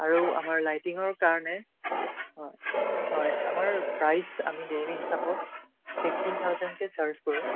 আৰু আমাৰ লাইটিঙৰ কাৰণে হয় হয় আমাৰ প্ৰাইচ আমি ডেইলী হিচাপত ফিফটীন থাউজেণ্ড কে চাৰ্জ কৰোঁ